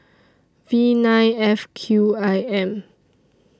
V nine F Q I M